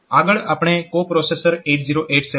આગળ આપણે co processor 8087 જોઇશું